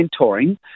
mentoring